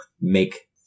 make